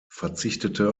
verzichtete